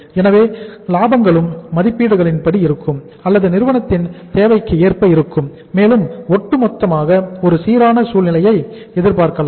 எனவே லாபங்களும் மதிப்பீடுகளின்படி இருக்கும் அல்லது நிறுவனத்தின் தேவைகளுக்கு ஏற்ப இருக்கும் மேலும் ஒட்டுமொத்தமாக ஒரு சீரான சூழ்நிலையை எதிர்பார்க்கலாம்